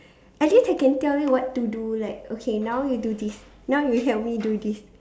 at least I can tell you what to do like okay now you do this now you help me do this